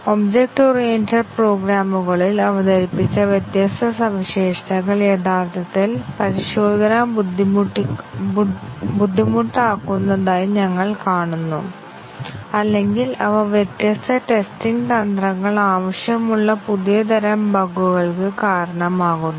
object oriented പ്രോഗ്രാമുകളിൽ അവതരിപ്പിച്ച വ്യത്യസ്ത സവിശേഷതകൾ യഥാർത്ഥത്തിൽ പരിശോധന ബുദ്ധിമുട്ടാക്കുന്നതായി ഞങ്ങൾ കാണുന്നു അല്ലെങ്കിൽ അവ വ്യത്യസ്ത ടെസ്റ്റിംഗ് തന്ത്രങ്ങൾ ആവശ്യമുള്ള പുതിയ തരം ബഗുകൾക്ക് കാരണമാകുന്നു